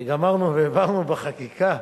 כשגמרנו והעברנו בחקיקה,